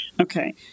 Okay